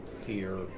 fear